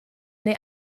neu